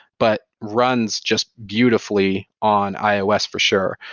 but runs just beautifully on ios for sure.